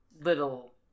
little